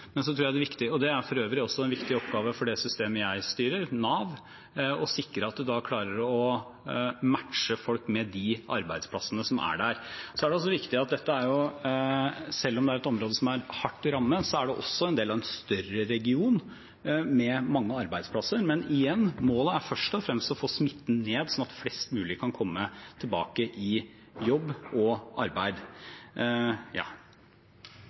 Det er for øvrig også en viktig oppgave for det systemet jeg styrer, Nav, å sikre at man klarer å matche folk med de arbeidsplassene som er der. Det er også viktig at selv om dette er et område som er hardt rammet, er det også en del av en større region med mange arbeidsplasser. Men igjen: Målet er først og fremst å få smitten ned, sånn at flest mulig kan komme tilbake i jobb og arbeid.